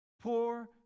poor